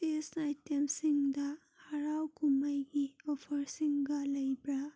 ꯆꯤꯁ ꯑꯥꯏꯇꯦꯝꯁꯤꯡꯗ ꯍꯔꯥꯎ ꯀꯨꯝꯍꯩꯒꯤ ꯑꯣꯐꯔꯁꯤꯡꯒ ꯂꯩꯕ꯭ꯔꯥ